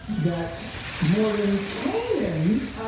that mordenkainen's